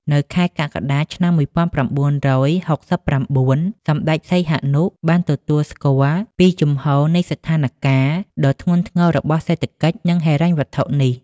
នៅខែកក្កដាឆ្នាំ ១៩៦៩ សម្តេចសីហនុ បានទទួលស្គាល់ពីជំហរនៃសណ្ឋានការណ៍ ដ៏ធ្ងន់ធ្ងររបស់សេដ្ឋកិច្ច និងហិរញ្ញវត្ថុនេះ។